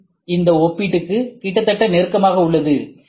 M இந்த ஒப்பீட்டுக்கு கிட்டத்தட்ட நெருக்கமாக உள்ளது